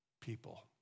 people